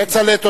כצל'ה,